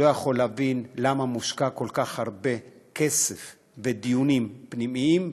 לא יכול להבין למה מושקע כל כך הרבה כסף בדיונים פנימיים,